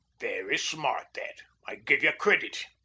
very smart, that i give ye credit.